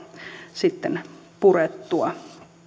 sitten purettua